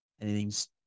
anything's